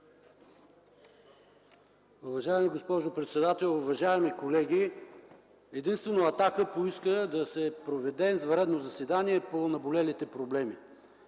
Уважаема госпожо председател, уважаеми колеги! Единствено „Атака” поиска да се проведе извънредно заседание по наболелите проблеми.